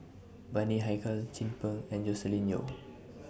Bani Haykal Chin Peng and Joscelin Yeo